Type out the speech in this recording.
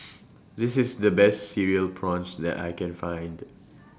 This IS The Best Cereal Prawns that I Can Find